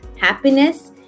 happiness